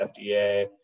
FDA